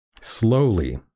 slowly